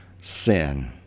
sin